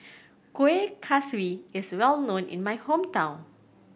Kueh Kaswi is well known in my hometown